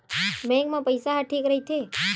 Bank मा पईसा ह ठीक राइथे?